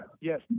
Yes